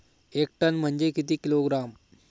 एक टन म्हनजे किती किलोग्रॅम?